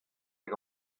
hag